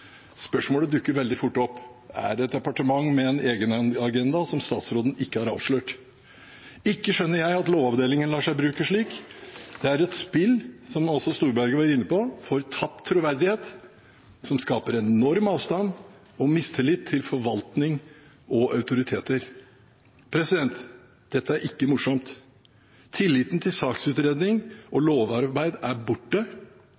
Spørsmålet dukker veldig fort opp: Er dette et departement med en egenagenda som statsråden ikke har avslørt? Ikke skjønner jeg at lovavdelingen lar seg bruke slik. Det er et spill, som også Storberget var inne på, om tapt troverdighet, som skaper enorm avstand og mistillit til forvaltning og autoriteter. Dette er ikke morsomt. Tilliten til saksutredning og lovarbeid er borte.